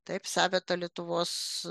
taip savita lietuvos